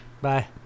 Bye